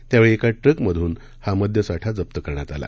त्यावेळी एका ट्रकमधून मद्य साठा जप्त करण्यात आला